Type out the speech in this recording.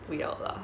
不要啦